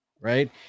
right